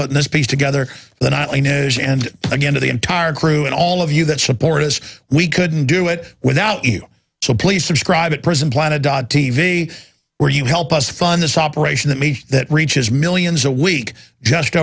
put this piece together the nightly news and again to the entire crew and all of you that support as we couldn't do it without you so please subscribe at prison planet dot tv where you help us fund this operation that me that reaches millions a week just